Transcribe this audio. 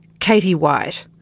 katie white.